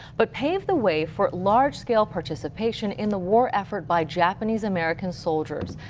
but paved the way for large scale participation in the war effort by japanese american soldiers.